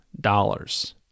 dollars